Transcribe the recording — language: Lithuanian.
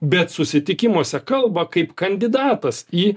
bet susitikimuose kalba kaip kandidatas į